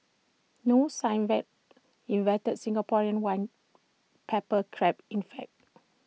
no sign 'invented' Singaporean white pepper Crab in fact